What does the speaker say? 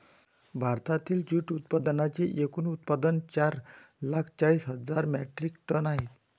भारतातील जूट उत्पादनांचे एकूण उत्पादन चार लाख चाळीस हजार मेट्रिक टन आहे